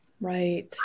Right